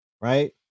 Right